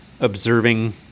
observing